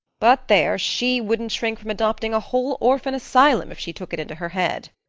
but there, she wouldn't shrink from adopting a whole orphan asylum if she took it into her head.